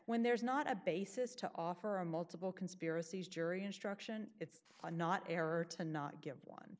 when there is not a basis to offer a multiple conspiracies jury instruction it's a not error to not give one